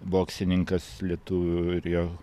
boksininkas lietuvių ir jo